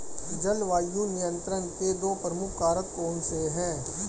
जलवायु नियंत्रण के दो प्रमुख कारक कौन से हैं?